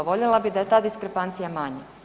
Voljela bi da je ta diskrepancija manja.